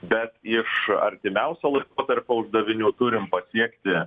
bet iš artimiausio laikotarpio uždavinių turim pasiekti